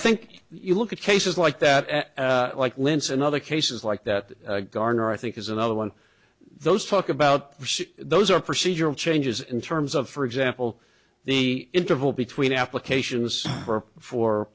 think you look at cases like that and like lintz and other cases like that garner i think is another one those talk about those are procedural changes in terms of for example the interval between applications for